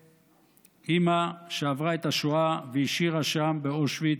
לאימא שעברה את השואה והשאירה שם, באושוויץ,